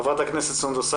בחרת הכנסת סונדוס סאלח.